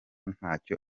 ntacyo